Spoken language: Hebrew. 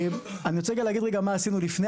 אני רוצה להגיד מה עשינו לפני,